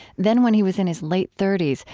then, when he was in his late thirty s,